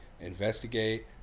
Investigate